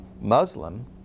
Muslim